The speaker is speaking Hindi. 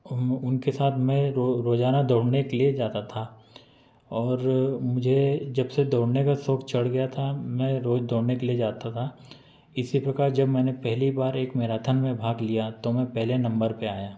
उन उनके साथ मैं रो रोजाना दौड़ने के लिए जाता था और मुझे जब से दौड़ने का शौक चढ़ गया था मैं रोज दौड़ने के लिए जाता था इसी प्रकार जब मैंने पहली बार एक मैराथन में भाग लिया तो मैं पहले नम्बर पर आया